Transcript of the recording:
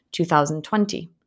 2020